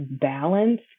balance